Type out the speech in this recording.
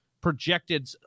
projected